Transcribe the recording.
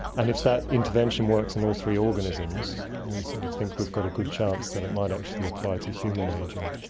and if that intervention works on and all three organisms we sort of think we've got a good chance that it might actually apply to human ageing.